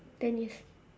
ten years